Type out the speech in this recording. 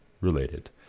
related